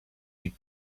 you